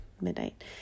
midnight